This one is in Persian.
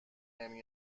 نمی